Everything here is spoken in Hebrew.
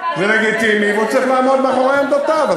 הוא צריך לעמוד מאחורי עמדותיו.